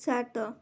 ସାତ